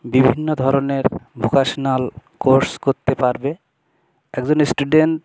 বিভিন্ন ধরনের vocational course করতে পারবে একজন স্টুডেন্ট